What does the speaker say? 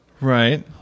Right